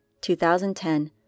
2010